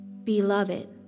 Beloved